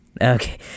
Okay